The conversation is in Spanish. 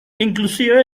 inclusive